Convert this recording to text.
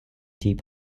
deep